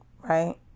right